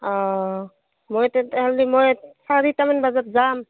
অঁ মই তেতিয়াহ'লে মই চাৰিটামান বজাত যাম